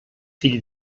fill